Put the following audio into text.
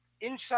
inside